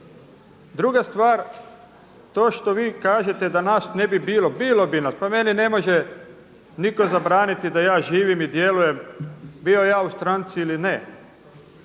Druga stvar to što vi kažete da nas ne bi bilo, bilo bi nas. Pa meni ne može nitko zabraniti da ja živim i djelujem bio ja u stranci ili ne.